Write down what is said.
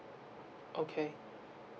okay